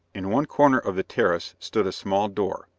in one corner of the terrace stood a small door,